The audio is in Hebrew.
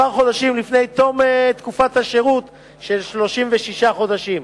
כמה חודשים לפני תום תקופת השירות של 36 חודשים.